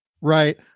Right